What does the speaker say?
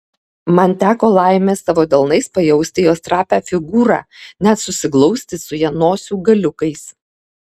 man teko laimė savo delnais pajausti jos trapią figūrą net susiglausti su ja nosių galiukais